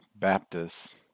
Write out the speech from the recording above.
Baptists